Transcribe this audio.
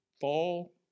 fall